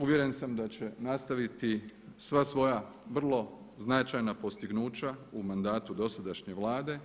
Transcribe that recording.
Uvjeren sam da će nastaviti sva svoja vrlo značajna postignuća u mandatu dosadašnje Vlade